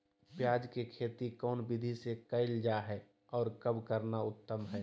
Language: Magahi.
प्याज के खेती कौन विधि से कैल जा है, और कब करना उत्तम है?